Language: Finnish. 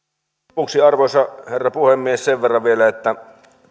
lopuksi arvoisa herra puhemies sen verran vielä että